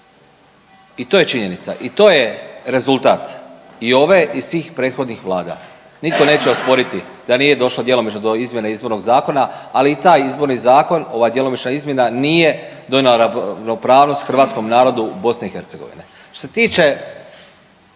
I to je činjenica i to je rezultat i ove i svih prethodnih vlada. Nitko neće osporiti da nije došlo djelomično do izmjene izbornog zakona, ali i taj izborni zakon ova djelomična izmjena nije donijela ravnopravnost hrvatskom narodu u BiH. Što se